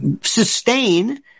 sustain